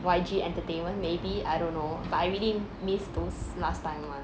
Y_G entertainment maybe I don't know but I really miss those last time [one]